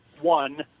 one